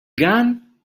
gun